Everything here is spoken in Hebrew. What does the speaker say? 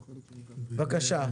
בבקשה.